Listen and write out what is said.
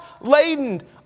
laden